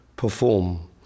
Perform